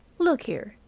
look here,